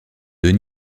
deux